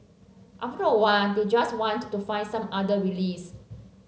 after a while they just want to find some other release